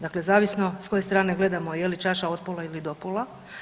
Dakle, zavisno s koje strane gledamo je li čaša od pola ili do pola.